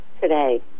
today